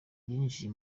yinjiye